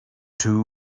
two